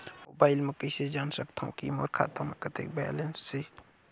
Mobile म कइसे जान सकथव कि मोर खाता म कतेक बैलेंस से?